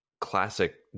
classic